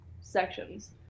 sections